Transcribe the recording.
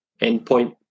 endpoint